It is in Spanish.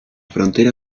frontera